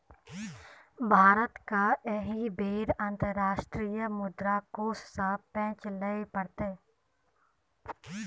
भारतकेँ एहि बेर अंतर्राष्ट्रीय मुद्रा कोष सँ पैंच लिअ पड़तै